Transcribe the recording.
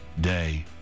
day